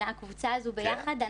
הקבוצה הזו ביחד.